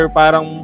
parang